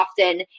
often